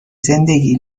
زندگی